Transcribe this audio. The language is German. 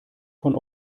von